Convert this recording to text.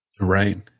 Right